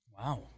Wow